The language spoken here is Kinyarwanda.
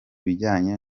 bijyanye